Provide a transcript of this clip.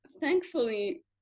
thankfully